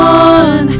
on